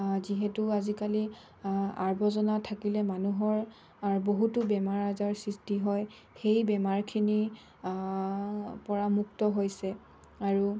যিহেতু আজিকালি আৱৰ্জনা থাকিলে মানুহৰ বহুতো বেমাৰ আজাৰ সৃষ্টি হয় সেই বেমাৰখিনি পৰা মুক্ত হৈছে আৰু